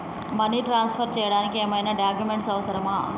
Money transfer చేయడానికి ఏమైనా documents అవసరమా?